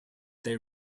they